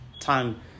time